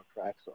tracks